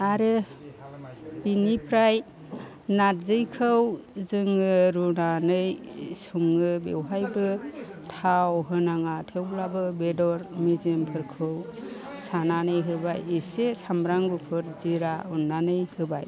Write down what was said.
आरो बेनिफ्राय नारजिखौ जोङो रुनानै सङो बेवहायबो थाव होनाङा थेवब्लाबो बेदर मेजेमफोरखौ सानानै होबाय इसे सामब्राम गुफुर जिरा उननानै होबाय